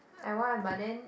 I want but then